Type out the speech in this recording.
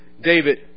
David